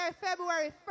February